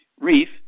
reef